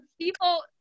People